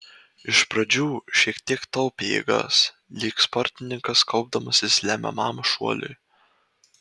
iš pradžių šiek tiek taupė jėgas lyg sportininkas kaupdamasis lemiamam šuoliui